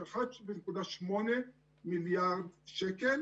של 1.8 מיליארד שקל